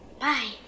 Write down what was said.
Bye